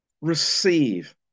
receive